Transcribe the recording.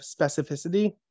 specificity